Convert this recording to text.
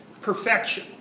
perfection